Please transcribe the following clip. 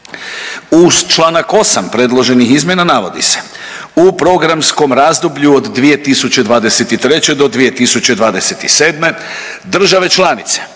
Uz Članak 8. predloženih izmjena navodi se, u programskom razdoblju od 2023. do 2027. države članice,